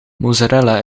mozzarella